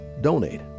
donate